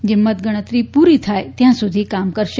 જે મતગજ઼તરી પૂરી થાય ત્યાં સુધી કામ કરશે